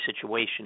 situation